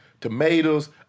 tomatoes